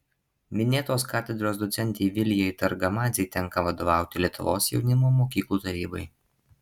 minėtos katedros docentei vilijai targamadzei tenka vadovauti lietuvos jaunimo mokyklų tarybai